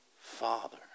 Father